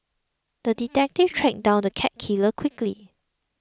the detective tracked down the cat killer quickly